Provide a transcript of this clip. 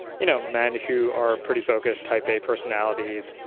you know men who are pretty focused type a personalities,